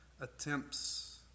attempts